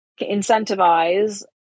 incentivize